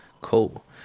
Cool